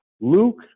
Luke